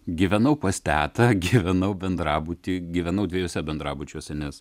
gyvenau pas tetą gyvenau bendrabuty gyvenau dviejuose bendrabučiuose nes